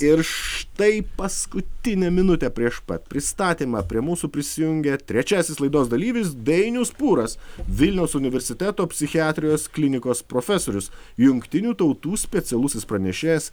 ir štai paskutinę minutę prieš pat pristatymą prie mūsų prisijungė trečiasis laidos dalyvis dainius pūras vilniaus universiteto psichiatrijos klinikos profesorius jungtinių tautų specialusis pranešėjas